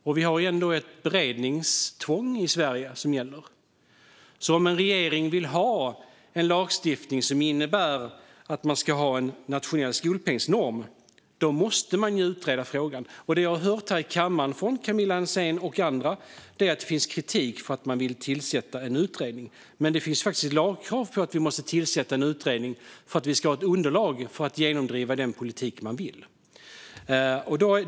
Och vi har ändå ett beredningstvång som gäller i Sverige. Om en regering vill ha en lagstiftning som innebär att man ska ha en nationell skolpengsnorm måste man utreda frågan. Det som jag har hört här i kammaren från Camilla Hansén och andra är att det finns kritik mot att man vill tillsätta en utredning. Men det finns faktiskt ett lagkrav på att det måste tillsättas en utredning för att man ska ha ett underlag för att genomdriva den politik som man vill.